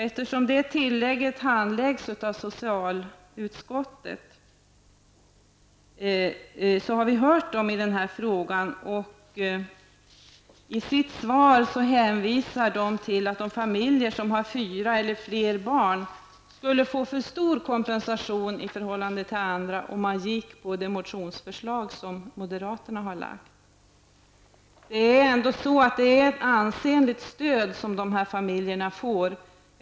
Eftersom detta tillägg tillhör av socialutskottets område har det utskottet hörts i denna fråga. I sitt svar hänvisar socialutskottet till att de familjer som har fyra eller fler barn skulle få för stor kompensation i förhållande till andra, om man gick med på det motionsförslag som moderaterna har lagt fram. Det är ändå ett ansenligt stöd som dessa familjer får.